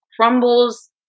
crumbles